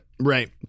right